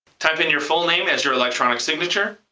type in your full name as your electronic signature.